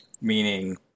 meaning